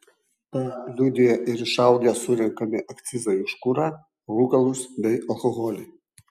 tą liudija ir išaugę surenkami akcizai už kurą rūkalus bei alkoholį